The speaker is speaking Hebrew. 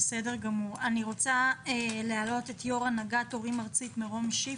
בבקשה, יו"ר הנהגת הורים ארצית, מירום שיף,